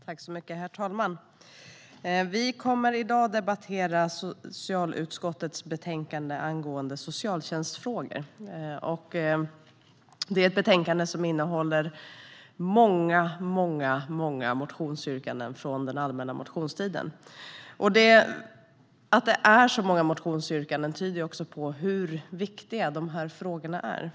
Herr talman! Vi debatterar i dag socialutskottets betänkande angående socialtjänstfrågor. Betänkandet innehåller många motionsyrkanden från den allmänna motionstiden. Att det är så många motionsyrkanden tyder också på hur viktiga dessa frågor är.